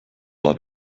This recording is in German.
war